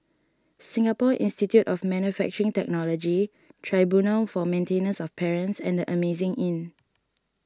Singapore Institute of Manufacturing Technology Tribunal for Maintenance of Parents and the Amazing Inn